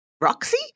Roxy